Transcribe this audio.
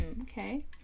Okay